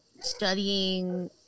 studying